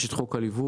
יש את חוק הליווי,